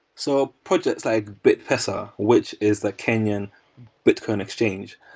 so put it it's like bitpesa, which is the kenyan bitcoin exchange.